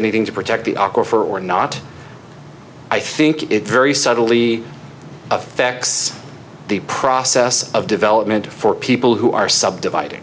anything to protect the aco for or not i think it very subtly affects the process of development for people who are subdividing